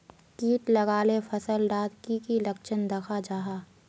किट लगाले फसल डात की की लक्षण दखा जहा?